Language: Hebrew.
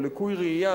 או לקוי ראייה,